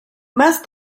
más